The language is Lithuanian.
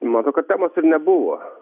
man atrodo kad temos ir nebuvo